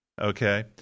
Okay